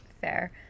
Fair